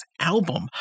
album